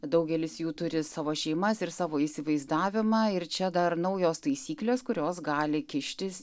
daugelis jų turi savo šeimas ir savo įsivaizdavimą ir čia dar naujos taisyklės kurios gali kištis